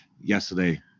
yesterday